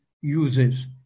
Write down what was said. uses